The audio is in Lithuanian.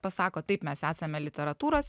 pasako taip mes esame literatūros